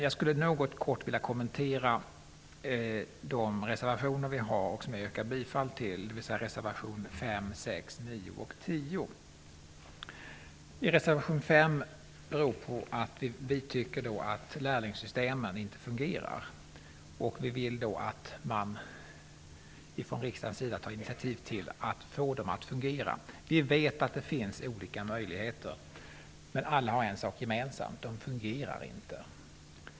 Jag vill något kommentera de reservationer vi har gjort och som jag yrkar bifall till, dvs. Reservation 5 föranleds av att vi tycker att lärlingssystemen inte fungerar. Vi vill att man från riksdagens sida tar initiativ till att få dem att fungera. Vi vet att det finns olika möjligheter, men alla har en sak gemensamt: de fungerar inte.